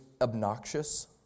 obnoxious